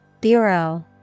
Bureau